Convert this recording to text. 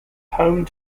home